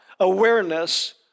Awareness